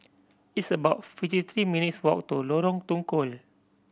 it's about fifty three minutes' walk to Lorong Tukol